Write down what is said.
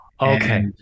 Okay